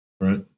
right